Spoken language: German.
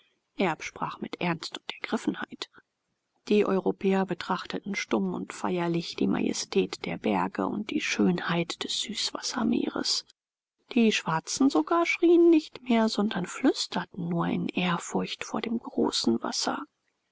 sprach mit ernst und ergriffenheit die europäer betrachteten stumm und feierlich die majestät der berge und die schönheit des süßwassermeeres die schwarzen sogar schrien nicht mehr sondern flüsterten nur in ehrfurcht vor dem großen wasser